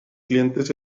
clientes